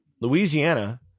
Louisiana